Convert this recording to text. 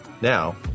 Now